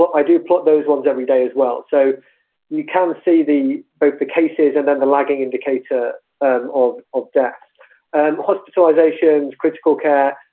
i do put those ones every day as well so you can see the both the cases and then the lagging indicator and of of deaths and hospitalizations. critical care.